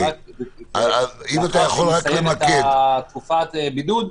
אחרי שהוא יסיים את תקופת הבידוד,